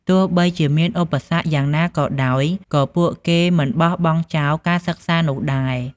ទោះបីជាមានឧបសគ្គយ៉ាងណាក៏ដោយ ក៏ពួកគេមិនបោះបង់ចោលការសិក្សានោះដែរ។